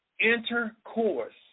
Intercourse